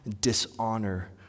dishonor